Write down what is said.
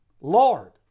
Lord